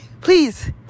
Please